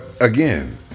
again